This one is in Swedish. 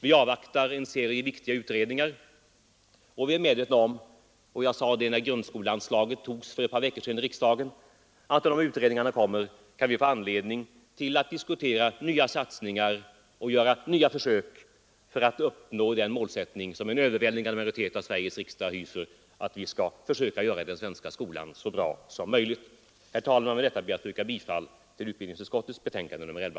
Vi avvaktar en serie viktiga utredningar, och vi är medvetna om — jag sade det då grundskoleanslaget beslöts i riksdagen för ett par veckor sedan — att när de utredningarna kommer kan vi få anledning att diskutera nya satsningar och göra nya försök för att uppnå vår målsättning att göra den svenska skolan så bra som möjligt. Herr talman! Med detta ber jag att få yrka bifall till vad utskottet hemställt i sitt betänkande nr 11.